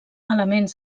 elements